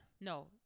No